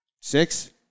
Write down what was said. Six